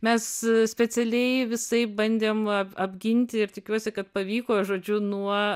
mes specialiai visaip bandėm va apginti ir tikiuosi kad pavyko žodžiu nuo